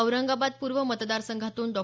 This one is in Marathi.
औरंगाबाद पूर्व मतदारसंघासतून डॉ